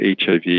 HIV